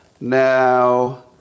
Now